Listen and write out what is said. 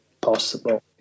possible